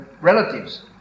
relatives